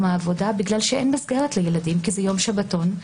העבודה בגלל שאין מסגרת לילדים כי זה יום שבתון,